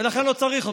ולכן לא צריך אותו.